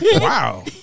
Wow